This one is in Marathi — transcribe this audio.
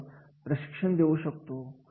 आणि अशा पद्धतीने त्या संस्थेची रचना तयार झाली